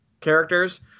characters